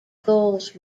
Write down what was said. goals